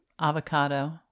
Avocado